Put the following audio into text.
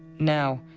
now,